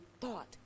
thought